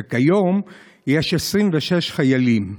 וכיום יש 26 חיילים,